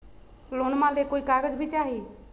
लोनमा ले कोई कागज भी चाही?